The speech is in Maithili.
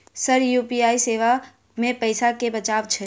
सर यु.पी.आई सेवा मे पैसा केँ बचाब छैय?